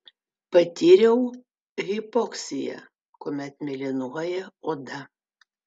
patyriau hipoksiją kuomet mėlynuoja oda